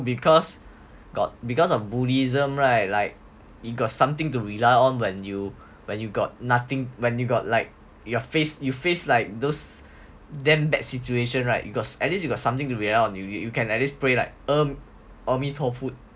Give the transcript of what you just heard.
because got because of buddhism [right] like it got something to rely on when you when you got nothing when you got like your face you face like those damn bad situation [right] because at least you got something rely on you you can at least pray like amitofo